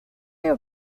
your